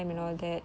oh